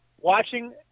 watching